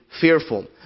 fearful